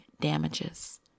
damages